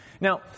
Now